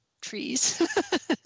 trees